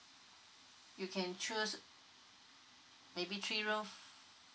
you can choose maybe three room